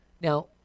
Now